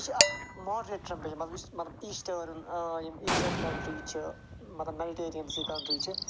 یہِ چھِ اَکھ ماڈٕریٹ ٹریمپیچَر مطلب یُس مطلب ایٖشٹٲرٕن ایٖشٹٲرٕن کَنٹریٖز چھِ مطلب کنٹری چھِ